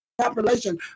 population